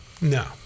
No